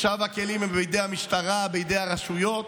עכשיו הכלים הם בידי המשטרה, בידי הרשויות.